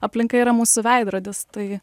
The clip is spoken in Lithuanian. aplinka yra mūsų veidrodis tai